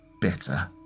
bitter